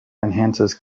enhances